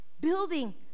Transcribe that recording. building